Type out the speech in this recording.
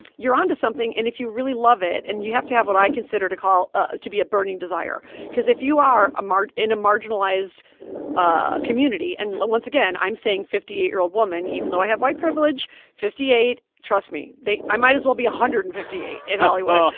you're onto something. and if you really love it and you have to have what i consider to call ah to be a burning desire cause if you are ah a in a marginalized ah community and once again, i'm saying, fifty eight year old woman, even though i have white privilege fifty eight, trust me. they i might as well be one hundred and fifty eight. in hollywood.